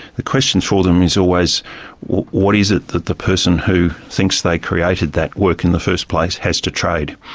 the question for them is always what is it it that the person who thinks they created that work in the first place has to trade?